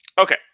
Okay